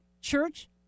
Church